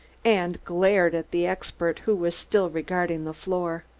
and glared at the expert, who was still regarding the floor.